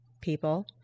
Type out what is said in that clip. people